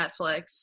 Netflix